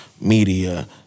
Media